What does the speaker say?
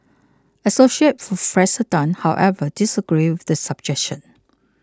assoc Prof Tan however disagreed with the suggestion